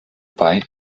bei